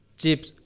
chips